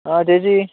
ആ ചേച്ചീ